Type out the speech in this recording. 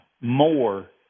more